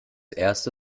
erste